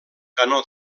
canó